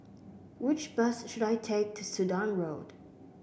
which bus should I take to Sudan Road